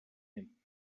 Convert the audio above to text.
them